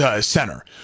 center